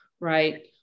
right